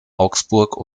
augsburg